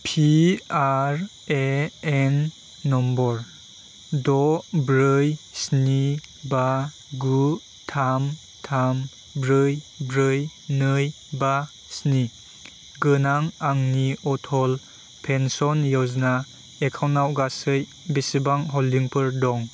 P R A N number द' ब्रै स्नि बा गु थाम थाम ब्रै ब्रै नै बा स्नि गोनां आंनि अटल पेन्सन य'जना एकाउन्टआव गासै बेसेबां हल्डिंफोर दं